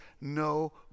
no